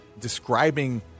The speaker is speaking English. describing